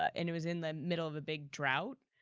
ah and it was in the middle of a big drought,